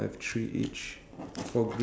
two blue three pink